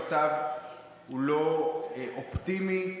המצב הוא לא אופטימי.